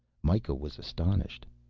mikah was astonished.